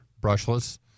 brushless